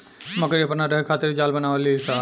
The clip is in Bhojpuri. मकड़ी अपना रहे खातिर जाल बनावे ली स